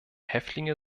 häftlinge